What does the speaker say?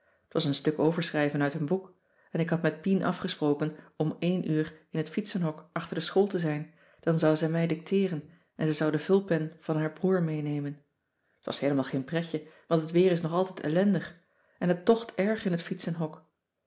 t was een stuk overschrijven uit een boek en ik had met pien afgesproken om één uur in het fietsenhok achter de school te zijn dan zou zij mij dicteeren en ze zou de vulpen van haar broer meenemen t was heelemaal geen pretje want het weer is nog altijd ellendig en het tocht erg in het fietsenhok